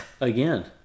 again